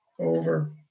over